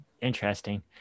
interesting